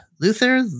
Luther